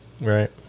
Right